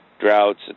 droughts